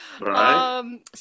Right